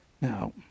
Now